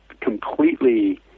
completely